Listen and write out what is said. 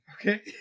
Okay